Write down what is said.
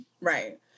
Right